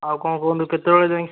ଆଉ କଣ କୁହନ୍ତୁ କେତବେଳେ ଯାଇଁ